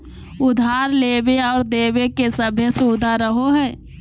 उधार लेबे आर देबे के सभै सुबिधा रहो हइ